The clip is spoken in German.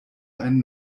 ein